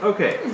Okay